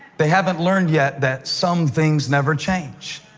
they haven't learned yet that some things never change.